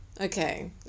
Okay